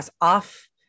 off